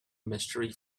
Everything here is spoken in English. mystery